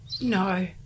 No